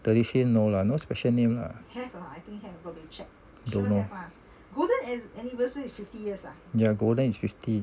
thirty fifth no lah no special name lah don't know yeah golden is fifty